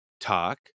talk